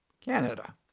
Canada